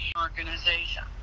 Organization